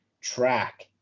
track